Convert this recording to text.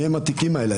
מה הם התיקים האלה?